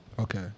Okay